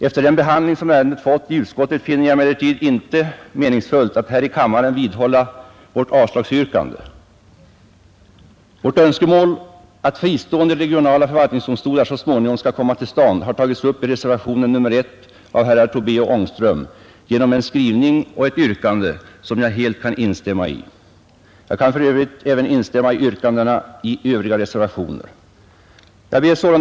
Efter den behandling som ärendet fått i utskottet finner jag det emellertid inte meningsfullt att här i kammaren vidhålla vårt avslagsyrkande. Vårt önskemål att fristående regionala förvaltningsdomstolar så småningom skall komma till stånd har tagits upp i reservationen 1 av herrar Tobé och Ångström genom en skrivning och ett yrkande som jag helt kan instämma i. Jag kan för övrigt också instämma i yrkandena i Övriga reservationer. Herr talman!